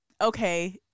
okay